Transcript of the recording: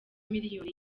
miliyoni